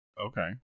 Okay